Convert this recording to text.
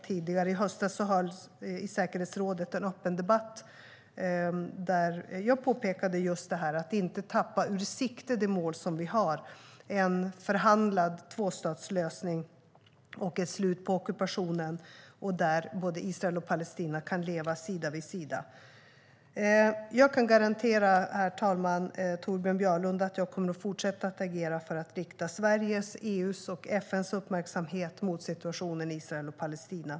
Tidigare i höstas hölls i säkerhetsrådet en öppen debatt där jag påpekade just detta att inte tappa ur sikte det mål som vi har: en förhandlad tvåstatslösning och ett slut på ockupationen där Israel och Palestina kan leva sida vid sida. Herr talman! Jag kan garantera Torbjörn Björlund att jag kommer att fortsätta att agera för att rikta Sveriges, EU:s och FN:s uppmärksamhet mot situationen i Israel och Palestina.